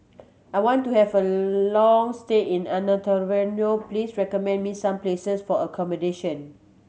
I want to have a long stay in Antananarivo please recommend me some places for accommodation